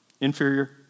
inferior